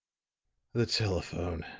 the telephone,